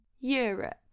Europe